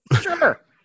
Sure